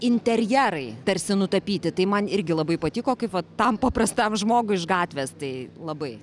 interjerai tarsi nutapyti tai man irgi labai patiko kaip tam paprastam žmogui iš gatvės tai labai